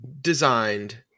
designed